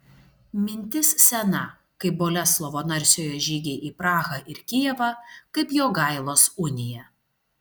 mintis sena kaip boleslovo narsiojo žygiai į prahą ir kijevą kaip jogailos unija